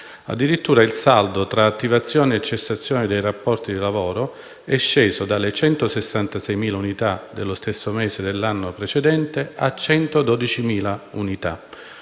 Addirittura, il saldo tra attivazione e cessazione dei rapporti di lavoro è sceso dalle 166.000 unità dello stesso mese dell'anno precedente a 112.000 unità,